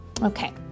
okay